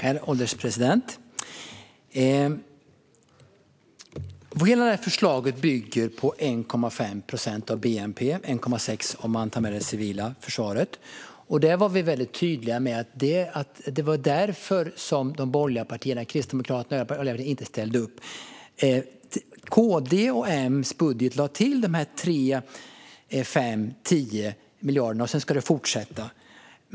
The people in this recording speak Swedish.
Herr ålderspresident! Hela det här förslaget bygger på 1,5 procent av bnp, eller 1,6 procent om man tar med det civila försvaret. Vi var väldigt tydliga med att det var därför som de borgerliga partierna, det vill säga Kristdemokraterna och övriga, inte ställde upp. I KD:s och M:s budget lade vi till 3, 5 och 10 miljarder, och sedan ska det fortsätta.